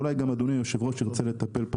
ואולי גם אדוני היושב-ראש רוצה לטפל פה